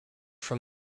from